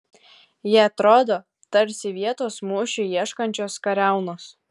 jie atrodo tarsi vietos mūšiui ieškančios kariaunos